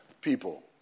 people